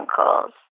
uncles